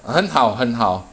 很好很好